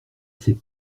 ses